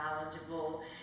knowledgeable